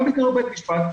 גם בהתנהלות בית משפט וגם,